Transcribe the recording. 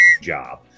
job